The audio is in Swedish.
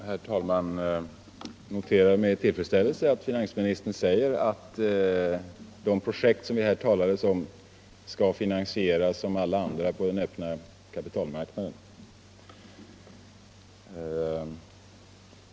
Herr talman! Jag noterar med tillfredsställelse att finansministern säger att de projekt som vi här har talat om skall finansieras som alla andra på den öppna kapitalmarknaden.